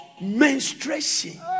menstruation